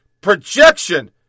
projection